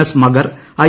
S മഗർ I